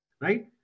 right